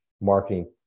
marketing